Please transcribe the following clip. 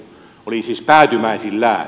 oli siis päätymäisillään